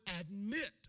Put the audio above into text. admit